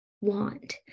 want